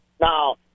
Now